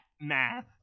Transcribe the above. math